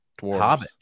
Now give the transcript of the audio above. hobbits